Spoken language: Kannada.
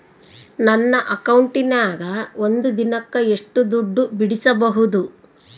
ನನ್ನ ಅಕೌಂಟಿನ್ಯಾಗ ಒಂದು ದಿನಕ್ಕ ಎಷ್ಟು ದುಡ್ಡು ಬಿಡಿಸಬಹುದು?